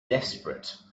desperate